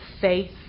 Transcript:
faith